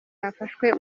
hafashwe